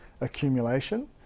accumulation